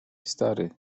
stary